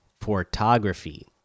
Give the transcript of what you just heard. photography